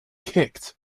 kicked